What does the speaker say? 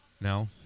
No